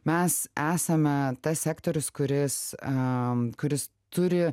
mes esame tas sektorius kuris a kuris turi